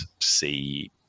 see